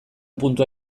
puntua